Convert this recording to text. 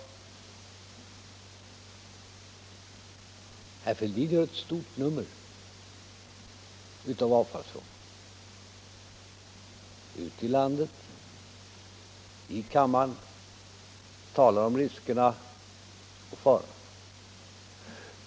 Herr Fälldin gör ett stort nummer av avfallsfrågan ute i landet och här i kammaren. Hela tiden talar han om riskerna.